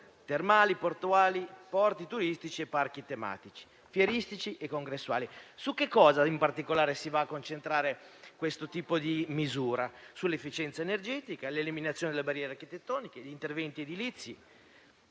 termali, i porti turistici, i parchi tematici, fieristici e congressuali. Su cosa in particolare si va a concentrare questo tipo di misura? Sull'efficienza energetica, l'eliminazione delle barriere architettoniche, gli interventi edilizi,